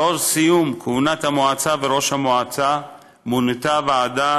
לנוכח סיום כהונת המועצה וראש המועצה מונתה ועדה